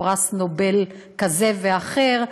פרס נובל כזה או אחר.